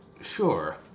sure